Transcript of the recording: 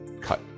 cut